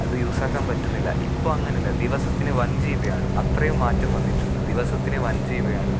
അത് യൂസ്സാക്കാൻ പറ്റുന്നില്ല ഇപ്പോൾ അങ്ങനല്ല ദിവസത്തിന് വൺ ജീ ബിയാണ് അത്രയും മാറ്റം വന്നിട്ടുണ്ട് ദിവസത്തിന് വൺ ജീ ബിയാണ്